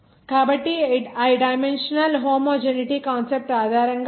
c d e కాబట్టి ఆ dimensional homogeneity concept ఆధారంగా